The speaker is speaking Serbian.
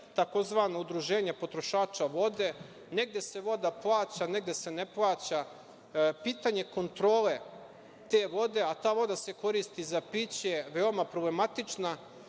tzv. udruženja potrošača vode. Negde se voda plaća, negde se ne plaća. Pitanje kontrole te vode, a ta voda se koristi za piće, veoma je problematična.